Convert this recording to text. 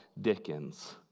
Dickens